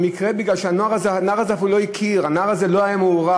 כי הנער הזה אפילו לא הכיר והנער הזה לא היה מעורב,